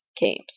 games